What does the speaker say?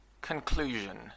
conclusion